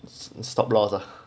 and stop loss ah